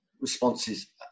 responses